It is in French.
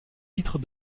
titres